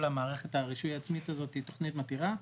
מערכת הרישוי העצמית הזאת תוכנית מתירה,